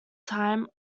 time